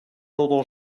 oder